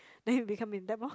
then you become in debt lor